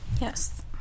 Yes